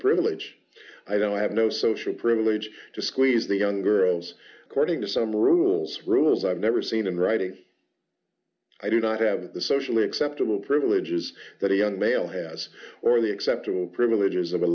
privilege i don't have no social privilege to squeeze the young girls according to some rules rules i've never seen in writing i do not have the socially acceptable privileges that he young male has where the acceptable privileges of a